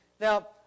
Now